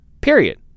Period